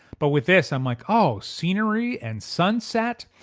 but with this i'm like, oh scenery and sunset,